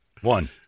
One